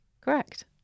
correct